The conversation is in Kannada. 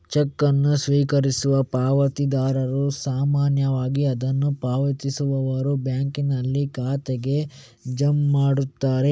ಚೆಕ್ ಅನ್ನು ಸ್ವೀಕರಿಸುವ ಪಾವತಿದಾರರು ಸಾಮಾನ್ಯವಾಗಿ ಅದನ್ನು ಪಾವತಿಸುವವರ ಬ್ಯಾಂಕಿನಲ್ಲಿ ಖಾತೆಗೆ ಜಮಾ ಮಾಡುತ್ತಾರೆ